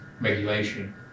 regulation